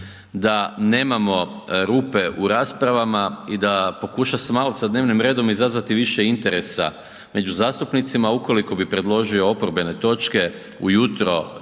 da nemamo rupe u raspravama i da pokuša se malo sa dnevnim redom izazvati više interesa među zastupnicima ukoliko bi predložio oporbene točke ujutro